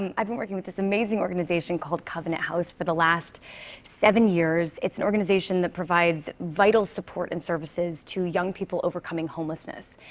and i've been working with this amazing organization called covenant house for the last seven years. it's an organization that provides vital support and services to young people overcoming homelessness.